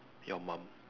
your mum